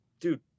Dude